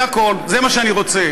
זה הכול, זה מה שאני רוצה.